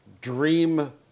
dream